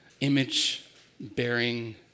image-bearing